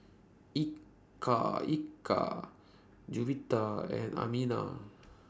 Eka Eka Juwita and Aminah